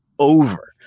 over